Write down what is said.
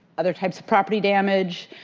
other types of property damage.